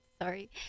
Sorry